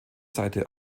seite